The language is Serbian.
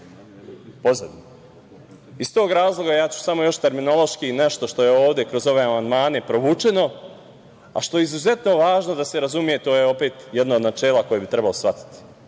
pozadinu. Iz tog razloga ja ću još samo terminološki nešto što je ovde kroz ove amandmane provučeno, a što je izuzetno važno da se razume, to je opet jedno od načela koje bi trebalo shvatiti.